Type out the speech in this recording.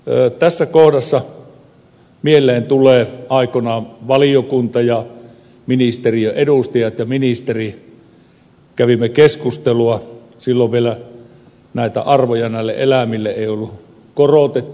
tässä kohdassa mieleen tulee kun aikoinaan me valiokunta ja ministeriön edustajat ja ministeri kävimme keskustelua silloin vielä näitä arvoja näille eläimille ei ollut korotettu